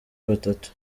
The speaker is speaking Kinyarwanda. batatu